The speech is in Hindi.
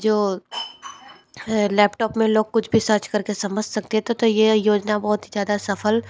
जो लैपटॉप में लोग कुछ भी सर्च करके समझ सकते है तो तो यह योजना बहुत ही ज़्यादा सफल